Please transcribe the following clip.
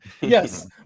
Yes